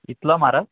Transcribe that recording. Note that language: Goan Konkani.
कितलो म्हारग